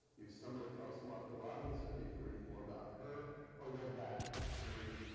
you stumble across martha robinson, you can read more about her or go back and read.